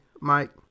Mike